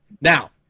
Now